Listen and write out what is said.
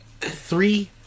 Three